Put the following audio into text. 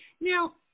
Now